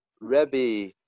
Rabbi